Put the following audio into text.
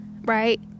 right